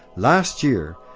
last year,